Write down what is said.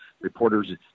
reporters